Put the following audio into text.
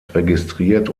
registriert